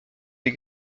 des